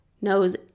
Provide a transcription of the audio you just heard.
knows